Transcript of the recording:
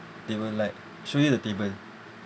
they will like show you the table